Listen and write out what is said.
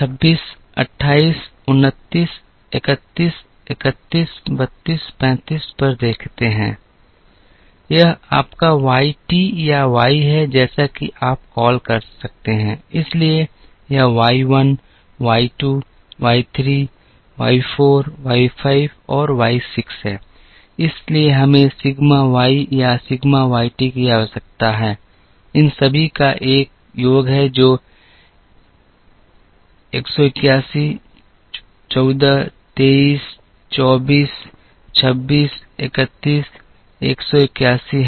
26 28 29 31 31 32 35 पर देखते हैं यह आपका वाई टी या वाई है जैसा कि आप कॉल कर सकते हैं इसलिए यह Y 1 Y 2 Y 3 Y 4 Y 5 और वाई 6 है हमें sigma Y या sigma Y t की आवश्यकता है इन सभी का एक योग है जो 181 14 23 24 26 31 181 है